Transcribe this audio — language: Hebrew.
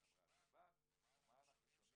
איך עברה השבת ומה אנחנו שומעים?